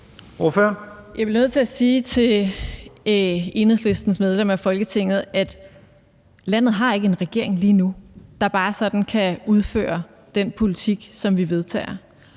Jeg bliver nødt til at sige til Enhedslistens medlem af Folketinget, at landet ikke har en regering lige nu, der bare sådan kan udføre den politik, som vi vedtager.